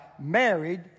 married